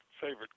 favorite